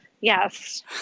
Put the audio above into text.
Yes